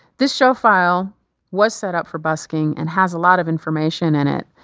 this show file was set up for busking and has a lot of information in it,